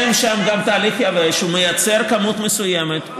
יש להם שם גם תהליך יבש, הוא מייצר כמות מסוימת.